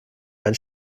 ein